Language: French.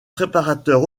préparateur